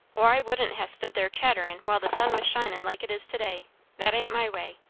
or i wouldn't ha' stood there chatterin' while the sun was shinin' like it is to-day that ain't my way.